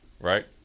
Right